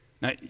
Now